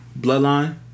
Bloodline